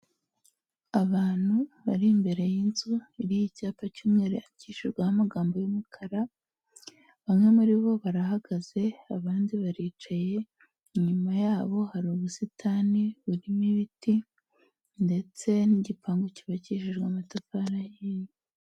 Abantu bari imbere y'inzu iriho icyapa cy'umweru yandikishijweho amagambo y'umukara, bamwe muri bo barahagaze abandi baricaye, inyuma yabo hari ubusitani burimo ibiti ndetse n'igipangu cyubakijijwe amatafari ahiye.